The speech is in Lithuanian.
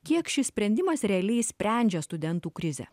kiek šis sprendimas realiai išsprendžia studentų krizę